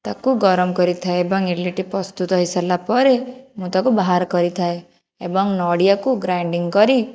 ତାକୁ ଗରମ କରିଥାଏ ଏବଂ ଇଟିଲିଟି ପ୍ରସ୍ତୁତ ହେଇ ସାରିଲା ପରେ ମୁଁ ତାକୁ ବାହାର କରିଥାଏ ଏବଂ ନଡ଼ିଆକୁ ଗ୍ରାଇଣ୍ଡିଂ କରି